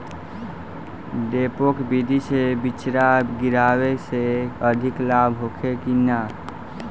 डेपोक विधि से बिचड़ा गिरावे से अधिक लाभ होखे की न?